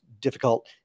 difficult